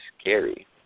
scary